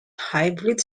hybrid